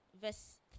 verse